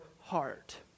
heart